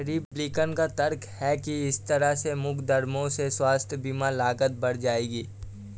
Republican का तर्क है कि इस तरह के मुकदमों से स्वास्थ्य बीमा लागत बढ़ जाएगी